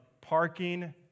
parking